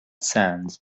sands